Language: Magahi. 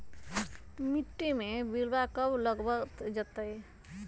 मिट्टी में बिरवा कब लगवल जयतई?